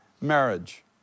marriage